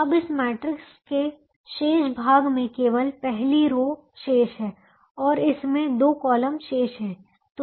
अब इस मैट्रिक्स के शेष भाग में केवल पहली रो शेष है और इसमें दो कॉलम शेष हैं